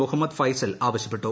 മുഹമ്മദ് ഫൈസൽ ആവശ്യപ്പെട്ടു